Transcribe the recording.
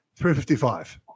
355